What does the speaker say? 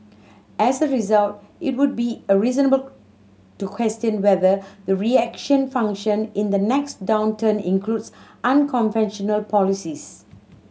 as a result it would be a reasonable to question whether the reaction function in the next downturn includes unconventional policies